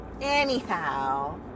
anyhow